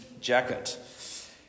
jacket